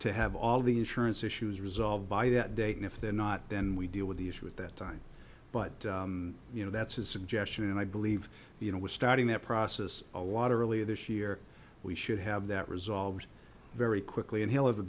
to have all the insurance issues resolved by that date and if they're not then we deal with the issue at that time but you know that's his suggestion and i believe you know we're starting that process a lot earlier this year we should have that resolved very quickly and he'll have a